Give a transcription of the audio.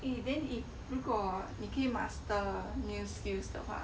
eh then if 如果你可以 master new skills 的话